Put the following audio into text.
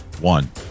one